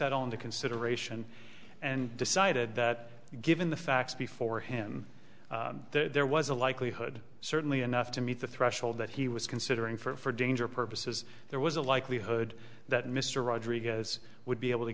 that on the consideration and decided that given the facts before him there was a likelihood certainly enough to meet the threshold that he was considering for danger purposes there was a likelihood that mr rodriguez would be able to